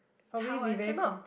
Chao I cannot